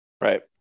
Right